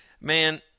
man